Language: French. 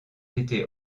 été